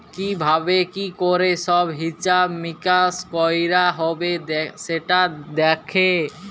কি ভাবে কি ক্যরে সব হিছাব মিকাশ কয়রা হ্যবে সেটা দ্যাখে